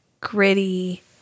gritty